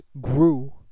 grew